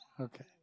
okay